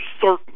certain